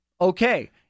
okay